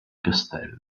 castello